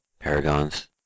Paragons